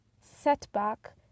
setback